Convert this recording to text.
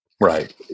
Right